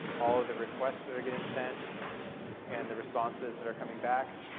all of the requests that are getting sent and the responses that are coming back.